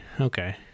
okay